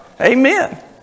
Amen